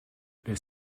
les